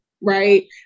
Right